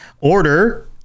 order